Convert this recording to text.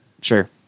sure